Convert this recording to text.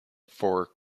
for